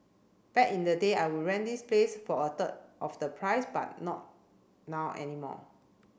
back in the day I would rent this place for a third of the price but not now anymore